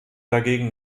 dagegen